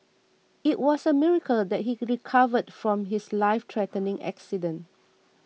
it was a miracle that he recovered from his lifethreatening accident